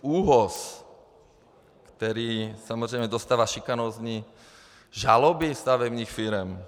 ÚOHS, který samozřejmě dostává šikanózní žaloby stavebních firem.